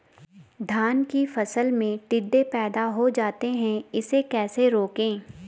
धान की फसल में टिड्डे पैदा हो जाते हैं इसे कैसे रोकें?